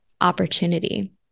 opportunity